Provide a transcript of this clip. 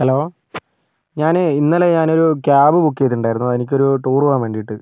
hello ഞാന് ഇന്നലെ ഞാന് ഒരു ക്യാബ് ബുക്ക് ചെയ്തിട്ടുണ്ടായിരുന്നു എനിക്കൊരു ടൂര് പോവാന് വേണ്ടിയിട്ട്